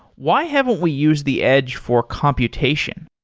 why haven't we used the edge for computation?